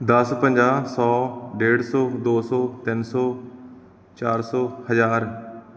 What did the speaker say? ਦਸ ਪੰਜਾਹ ਸੌ ਡੇਢ ਸੌ ਦੋ ਸੌ ਤਿੰਨ ਸੌ ਚਾਰ ਸੌ ਹਜ਼ਾਰ